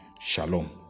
Shalom